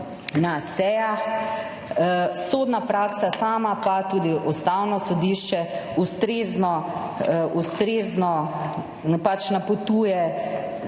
na sejah. Sodna praksa sama pa tudi Ustavno sodišče ustrezno napotuje